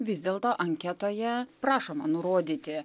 vis dėlto anketoje prašoma nurodyti